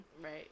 Right